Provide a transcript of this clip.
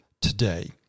today